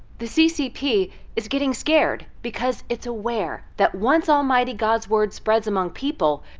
the ccp is getting scared because it's aware that once almighty god's words spreads among people,